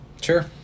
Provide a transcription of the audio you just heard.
Sure